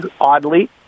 oddly